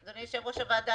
אדוני יושב ראש הוועדה,